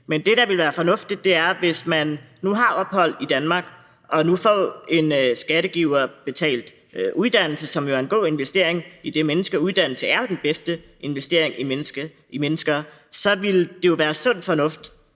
Men det, der ville være sund fornuft, hvis nu en person har ophold i Danmark og får en skatteyderbetalt uddannelse, som jo er en god investering i det menneske – uddannelse er jo den bedste investering i mennesker – at den person